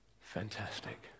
Fantastic